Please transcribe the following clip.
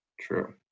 True